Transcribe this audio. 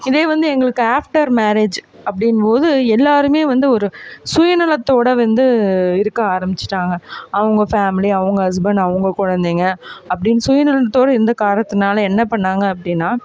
இதே வந்து எங்களுக்கு ஆஃப்டர் மேரேஜ் அப்படிங்கும்போது எல்லோருமே வந்து ஒரு சுயநலத்தோடு வந்து இருக்க ஆரம்பிச்சுட்டாங்க அவங்க ஃபேமிலி அவங்க ஹஸ்பண்ட் அவங்க குழந்தைங்க அப்படின்னு சுயநலத்தோடு இருந்த காரணத்தினால் என்ன பண்ணிணாங்க அப்படின்னா